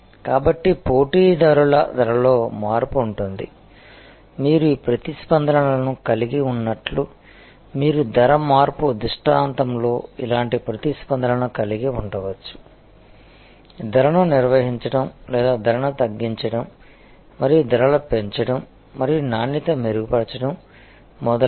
కాబట్టి పోటీదారుల ధరలో మార్పు ఉంటుంది మీరు ఈ ప్రతిస్పందనలను కలిగి ఉన్నట్లు మీరు ధర మార్పు దృష్టాంతంలో ఇలాంటి ప్రతిస్పందనలను కలిగి ఉండవచ్చు ధరను నిర్వహించడం లేదా ధరను తగ్గించడం మరియు ధరలు పెంచడం మరియు నాణ్యత మెరుగుపరచడం మొదలైనవి